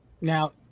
Now